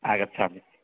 आगच्छामि